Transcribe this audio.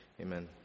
amen